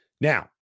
Now